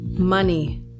Money